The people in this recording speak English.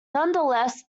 nonetheless